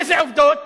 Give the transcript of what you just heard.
איזה עובדות?